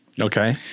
Okay